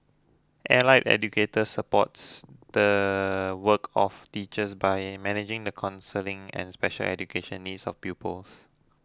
allied educators supports the work of teachers by managing the counselling and special education needs of pupils